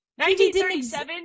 1937